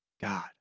God